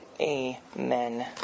amen